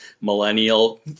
millennial